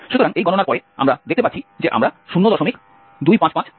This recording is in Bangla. সুতরাং এই গণনার পরে আমরা দেখতে পাচ্ছি যে আমরা 02556 পাচ্ছি